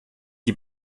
die